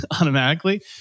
automatically